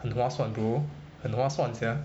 很划算 bro 很划算 sia